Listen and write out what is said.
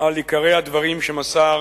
על עיקרי הדברים שמסר